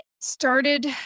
started